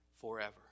forever